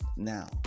Now